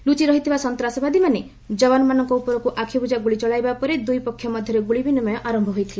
ଲୁଚି ରହିଥିବା ସନ୍ତାସବାଦୀମାନେ ଯବାନମାନଙ୍କ ଉପରକୁ ଆଖିବୁଜା ଗୁଳି ଚଳାଇବା ପରେ ଦୁଇ ପକ୍ଷ ମଧ୍ୟରେ ଗ୍ରଳି ବିନିମୟ ଆରମ୍ଭ ହୋଇଥିଲା